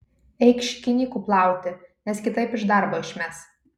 eik šikinykų plauti nes kitaip iš darbo išmes